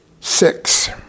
six